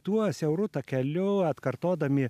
tuo siauru takeliu atkartodami